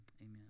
Amen